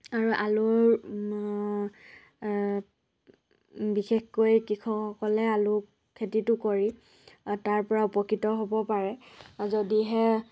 আৰু আলুৰ বিশেষকৈ কৃষকসকলে আলু খেতিটো কৰি তাৰ পৰা উপকৃত হ'ব পাৰে যদিহে